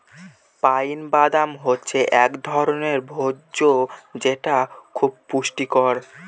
pine বাদাম হচ্ছে এক ধরনের ভোজ্য যেটা খুব পুষ্টিকর